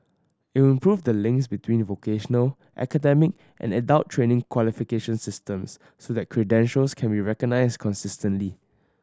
it will improve the links between vocational academic and adult training qualification systems so that credentials can be recognised consistently